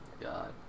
God